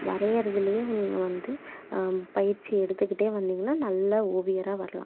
வரையிறதுலையே நீங்கள் வந்து பயிற்சி எடுத்துக்கிட்டே வந்திங்கன்னா நல்ல ஓவியராக வரலாம்